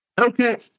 Okay